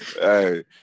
Hey